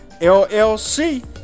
LLC